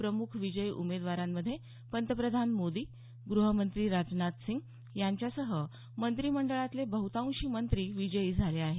प्रमुख विजयी उमेदवारांमध्ये पंतप्रधान मोदी गृहमंत्री राजनाथसिंग यांच्यासह मंत्रीमंडळातले बहुतांशी मंत्री विजयी झाले आहेत